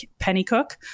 Pennycook